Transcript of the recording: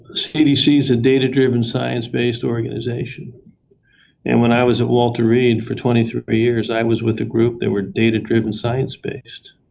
cdc is a data-driven science-based organization and when i was at walter reed for twenty three years i was with a group that were data-driven science-based.